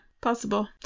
possible